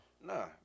Nah